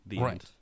Right